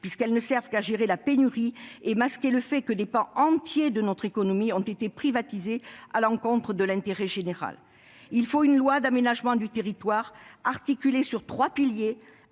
puisqu'elles ne servent qu'à gérer la pénurie et masquer le fait que des pans entiers de notre économie ont été privatisés au détriment de l'intérêt général. Il faut une loi d'aménagement du territoire reposant sur trois piliers